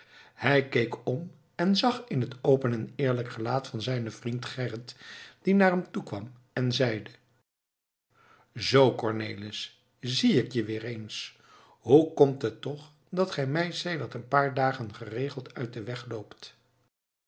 hij keek om en zag in het open en eerlijk gelaat van zijnen vriend gerrit die naar hem toe kwam en zeide zoo cornelis zie ik je weer eens hoe komt het toch dat ge mij sedert een paar dagen geregeld uit den